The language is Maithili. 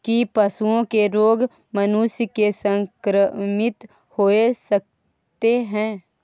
की पशुओं के रोग मनुष्य के संक्रमित होय सकते है?